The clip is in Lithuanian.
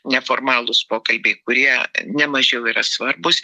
neformalūs pokalbiai kurie nemažiau yra svarbūs